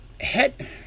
head